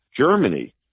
Germany